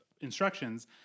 instructions